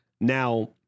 Now